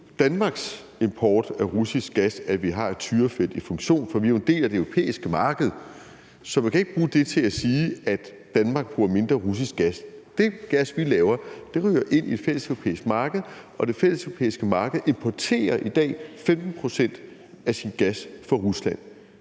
Danmarks import af russisk gas, at vi har et Tyrafelt i funktion, for vi er jo en del af det europæiske marked, så man kan ikke bruge det til at sige, at Danmark bruger mindre russisk gas. Den gas, vi producerer, ryger ind på det fælleseuropæiske marked, og det fælleseuropæiske marked importerer i dag 15 pct. af sin gas fra Rusland.